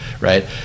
right